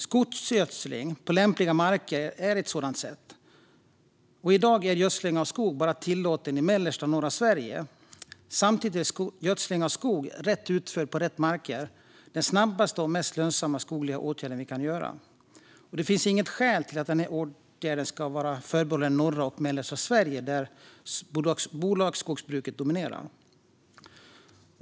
Skogsgödsling på lämpliga marker är ett sådant sätt. I dag är gödsling av skog bara tillåten i mellersta och norra Sverige. Samtidigt är gödsling av skog, rätt utförd och på rätt marker, den snabbaste och mest lönsamma skogliga åtgärd vi kan vidta. Det finns inget skäl till att denna åtgärd ska vara förbehållen norra och mellersta Sverige, där bolagsskogsbruket dominerar.